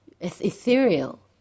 ethereal